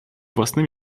własnym